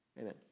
Amen